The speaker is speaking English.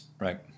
Right